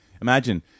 Imagine